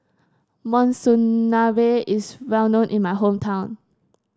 Monsunabe is well known in my hometown